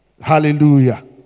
Hallelujah